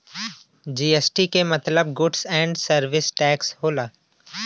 GST के मतलब goods and service tax होला